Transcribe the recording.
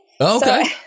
Okay